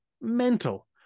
mental